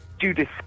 Judith